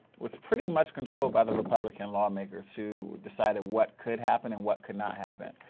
was pretty much controlled by the republican lawmakers, who decided what could happen and what could not happen.